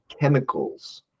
chemicals